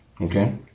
okay